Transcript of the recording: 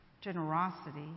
generosity